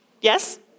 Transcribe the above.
Yes